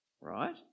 right